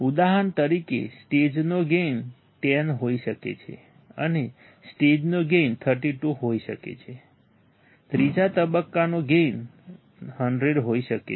ઉદાહરણ તરીકે સ્ટેજનો ગેઇન 10 હોઈ શકે છે અને સ્ટેજનો ગેઇન 32 હોઈ શકે છે ત્રીજા તબક્કાનો ગેઇન 100 હોઈ શકે છે